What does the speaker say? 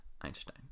Einstein